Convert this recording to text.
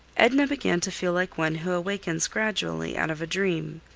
edna began to feel like one who awakens gradually out of a dream,